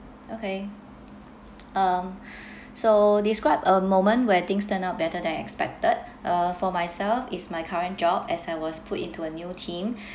okay um so describe a moment where things turned out better than expected uh for myself is my current job as I was put into a new team